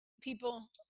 people